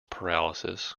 paralysis